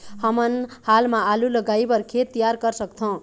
हमन हाल मा आलू लगाइ बर खेत तियार कर सकथों?